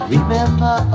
Remember